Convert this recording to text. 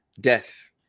death